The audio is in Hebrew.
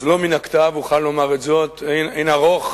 אז לא מן הכתב אוכל לומר את זאת: אין ערוך